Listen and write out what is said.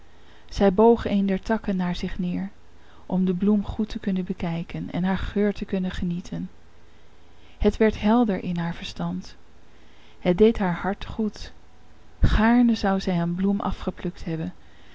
zij boog een der takken naar zich neer om de bloem goed te kunnen bekijken en haar geur te kunnen genieten het werd helder in haar verstand het deed haar harte goed gaarne zou zij een bloem afgeplukt hebben